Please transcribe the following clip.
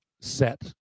set